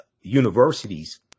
universities